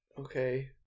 Okay